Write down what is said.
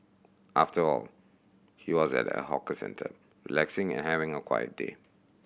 after all he was at a hawker centre relaxing and having a quiet day